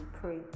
pray